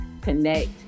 connect